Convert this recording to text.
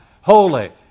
Holy